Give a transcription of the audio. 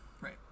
Right